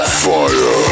fire